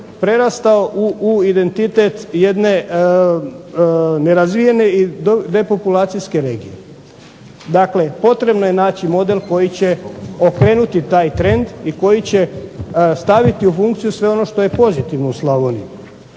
prerastao u identitet jedne nerazvijene i depopulacijske regije. Dakle, potrebno je naći model koji će okrenuti taj trend i koji će staviti u funkciji sve ono što je pozitivno u Slavoniji.